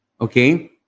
okay